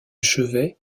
chevet